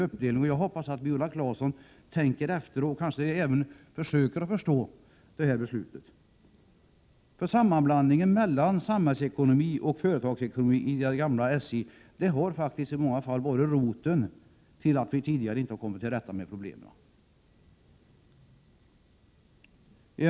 Jag hoppas att Viola Claesson tänker efter och försöker att förstå det beslutet. Sammanblandningen mellan samhällsekonomi och företagsekonomi i det gamla SJ har faktiskt i många fall varit anledningen till att vi inte kommit till rätta med problemen tidigare.